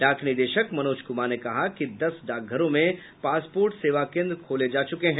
डाक निदेशक मनोज कुमार ने कहा कि दस डाकघरों में पासपोर्ट सेवा केंद्र खोले जा चुके हैं